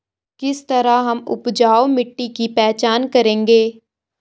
किस तरह हम उपजाऊ मिट्टी की पहचान करेंगे?